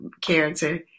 character